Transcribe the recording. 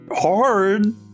hard